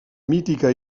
mítica